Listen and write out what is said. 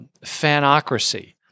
fanocracy